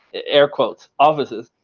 air quotes, offices,